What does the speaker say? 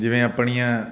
ਜਿਵੇਂ ਆਪਣੀਆਂ